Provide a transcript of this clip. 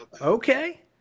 Okay